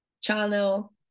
channel